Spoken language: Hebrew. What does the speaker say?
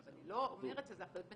אני לא אומרת שזו אחריות בנזיקין,